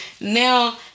Now